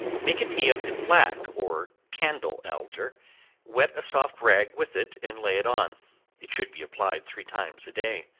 make a tea of the black or candle-alder, wet a soft rag with it, and lay it on it should be applied three times a day,